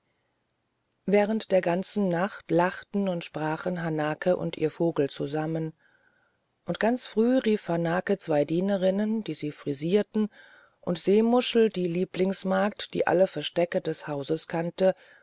während der ganzen nacht lachten und sprachen hanake und ihr vogel zusammen und ganz früh rief hanake zwei dienerinnen die sie frisierten und seemuschel die lieblingsmagd die alle verstecke des hauses kannte